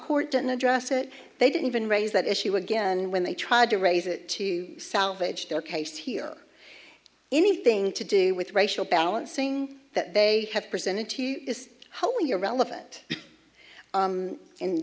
court didn't address it they didn't even raise that issue again when they tried to raise it to salvage their case here anything to do with racial balancing that they have presented to you is wholly irrelevant